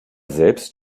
selbst